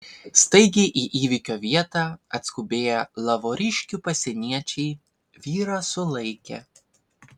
staigiai į įvykio vietą atskubėję lavoriškių pasieniečiai vyrą sulaikė